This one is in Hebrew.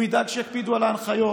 הוא ידאג שיקפידו על ההנחיות,